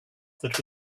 that